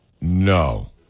No